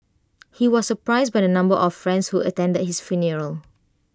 he was surprised by the number of friends who attended his funeral